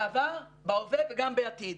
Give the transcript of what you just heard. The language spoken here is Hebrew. בעבר, בהווה וגם בעתיד.